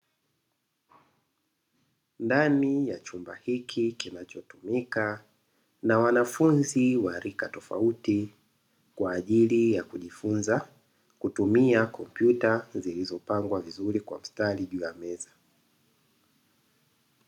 Ndani ya chumba hili kinachotumika na wanafunzi wa rika tofauti kwa ajili ya kujifunza kutumia tarakirishi zilizopangwa vizuri kwa mstari juu ya meza.